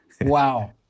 Wow